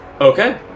Okay